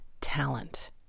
talent